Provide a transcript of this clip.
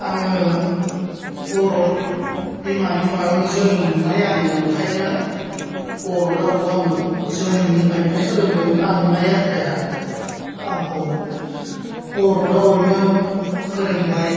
आङो बर' बिमानि माबायावनो जोनोम मोननाय आङो ओंखायनो बर' रावखौ आङो जोनोमनिफ्रायनो सोलोंदों आंनि आइ आफाया आंखौ बर' रावैनो फोरोंबाय